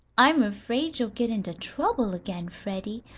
i am afraid you'll get into trouble again, freddie.